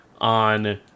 on